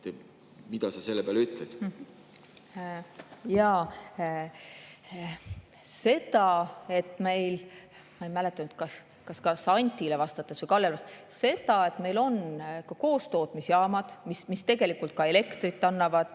Mida sa selle peale ütled? Seda, et meil on koostootmisjaamad, mis ka elektrit annavad